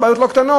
בעיות לא קטנות.